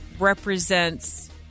represents